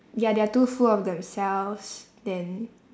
ya they are too full of themselves then